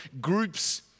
Groups